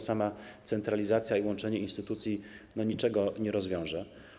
Sama centralizacja i łączenie instytucji niczego nie rozwiążą.